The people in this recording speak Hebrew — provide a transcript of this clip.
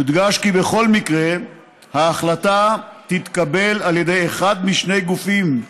יודגש כי בכל מקרה ההחלטה תתקבל על ידי אחד משני גופים,